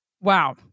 Wow